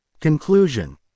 Conclusion